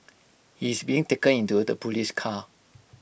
he is being taken into the Police car